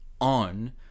on